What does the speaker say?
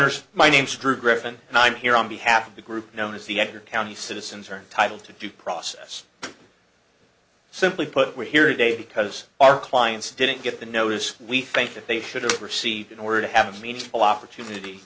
honors my name's drew griffin and i'm here on behalf of the group known as the at your county citizens are entitled to due process simply put we here a day because our clients didn't get the notice we think that they should have received in order to have a meaningful opportunity